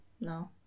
no